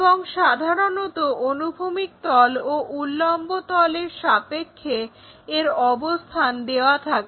এবং সাধারণত অনুভূমিক ও উল্লম্ব তলের সাপেক্ষে এর অবস্থান দেওয়া থাকে